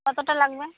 কতটা লাগবে